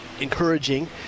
encouraging